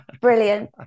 Brilliant